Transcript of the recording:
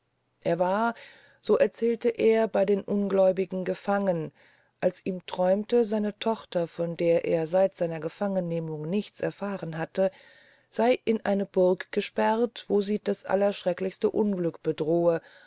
er war so erzählte er bey den ungläubigen gefangen als ihm träumte seine tochter von der er seit seiner gefangennehmung nichts erfahren hatte sey in eine burg gesperrt wo sie das allerschrecklichste unglück bedrohe